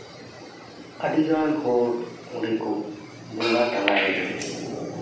ᱟᱹᱰᱤ ᱜᱟᱱ ᱦᱚᱲ ᱚᱸᱰᱮ ᱠᱚ ᱵᱚᱸᱜᱟ ᱛᱟᱞᱟᱭᱮᱱᱟ